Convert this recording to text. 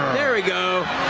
there we go.